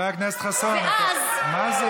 מה קיבלת